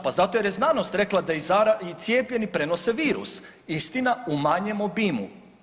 Pa zato jer je znanost rekla da i cijepljeni prenose virus, istina, u manjem obimu.